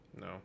No